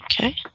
Okay